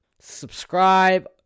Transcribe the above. Subscribe